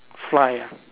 fly ah